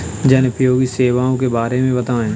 जनोपयोगी सेवाओं के बारे में बताएँ?